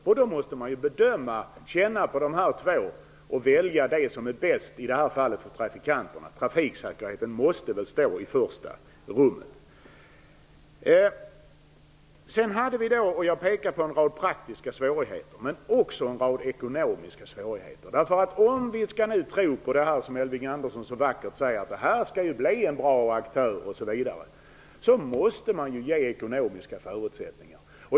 Därför måste man bedöma de två alternativen och välja det som i det här fallet är bäst för trafikanterna. Trafiksäkerheten måste väl stå i första rummet! Jag pekade på en rad praktiska svårigheter men också på en rad ekonomiska svårigheter. Om vi nu skall tro på det som Elving Andersson så vackert säger, att det skall bli en bra aktör osv., måste man ju ge ekonomiska förutsättningar.